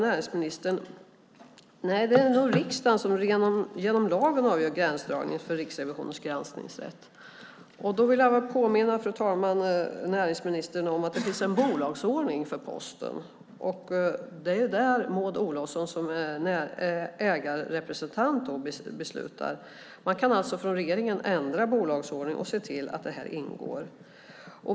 Näringsministern svarar: Nej, det är nog riksdagen som genom lagen avgör gränsdragningen för Riksrevisionens granskningsrätt. Fru talman! Jag vill påminna näringsministern om att det finns en bolagsordning för Posten. Det är Maud Olofsson som ägarrepresentant som beslutar om den. Man kan från regeringen ändra bolagsordningen och se till att det ingår.